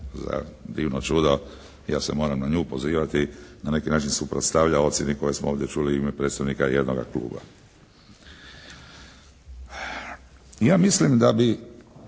za divno čudo ja se moram na nju pozivati, na neki način suprotstavlja ocjeni koju smo ovdje čuli u ime predstavnika jednoga Kluba. Ja mislim da bi